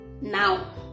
Now